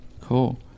Cool